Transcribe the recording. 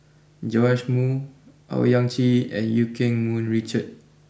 Joash Moo Owyang Chi and Eu Keng Mun Richard